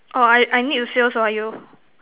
orh I I need to say also ah you